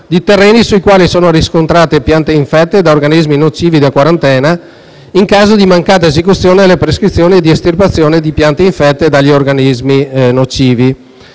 di terreni sui quali sono riscontrate piante infette da organismi nocivi da quarantena in caso di mancata esecuzione delle prescrizioni di estirpazione di piante infette dagli organismi nocivi.